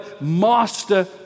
master